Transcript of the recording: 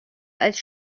als